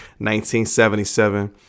1977